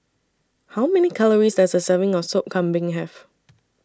How Many Calories Does A Serving of Sop Kambing Have